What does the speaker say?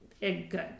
good